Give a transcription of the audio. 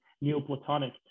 Neoplatonic